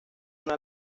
una